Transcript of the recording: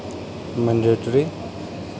mandatory